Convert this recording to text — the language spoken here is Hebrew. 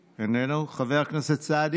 חבר הכנסת טיבי,